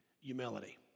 humility